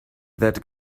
that